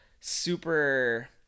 super